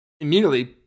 immediately